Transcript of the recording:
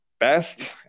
best